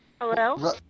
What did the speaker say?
Hello